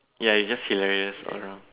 ya it's just hilarious around